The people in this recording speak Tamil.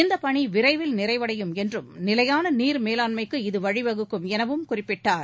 இந்த பணி விரைவில் நிறைவடையும் என்றும் நிலையான நீர் மேலாண்மைக்கு இது வழி வகுக்கும் எனவும் குறிப்பிட்டார்